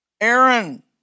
Aaron